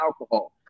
alcohol